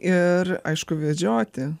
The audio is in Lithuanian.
ir aišku vedžioti